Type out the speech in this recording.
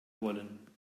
wollen